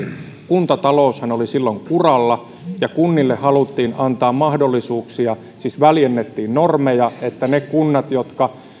kuntataloushan oli silloin kuralla ja kunnille haluttiin antaa mahdollisuuksia siis väljennettiin normeja niin että niillä kunnilla jotka